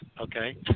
Okay